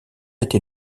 été